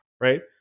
right